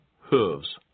hooves